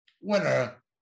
winner